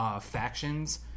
factions